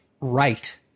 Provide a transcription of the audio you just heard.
right